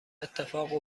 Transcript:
اتفاق